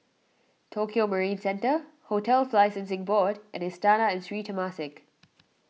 Tokio Marine Centre Hotels Licensing Board and Istana and Sri Temasek